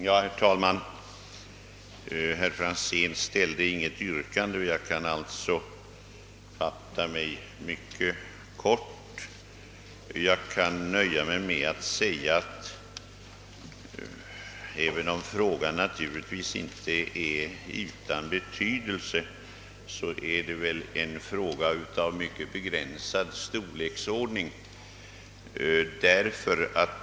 Herr talman! Herr Franzén i Motala ställde inget yrkande och jag kan alltså fatta mig mycket kort. Även om denna fråga naturligtvis inte är utan betydelse, har den mycket begränsad storleksordning.